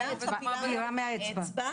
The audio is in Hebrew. דקירה מהאצבע,